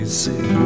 see